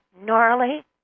gnarly